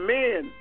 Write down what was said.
men